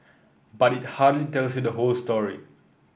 but it hardly tells you the whole story